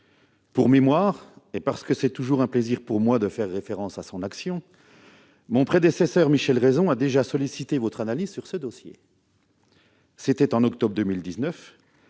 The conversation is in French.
Pour mémoire, et parce que c'est toujours un plaisir pour moi de faire référence à son action, mon prédécesseur Michel Raison a déjà sollicité l'analyse du ministère de l'éducation nationale sur